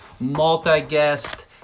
multi-guest